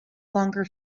longer